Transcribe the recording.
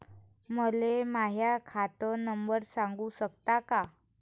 मले माह्या खात नंबर सांगु सकता का?